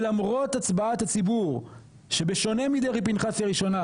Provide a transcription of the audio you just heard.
ולמרות הצבעת הציבור שבשונה מדרעי פנחסי הראשונה,